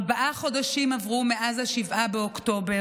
ארבעה חודשים עברו מאז 7 באוקטובר,